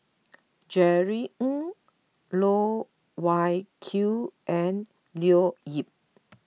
Jerry Ng Loh Wai Kiew and Leo Yip